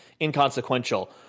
inconsequential